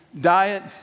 diet